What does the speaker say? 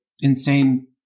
insane